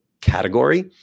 category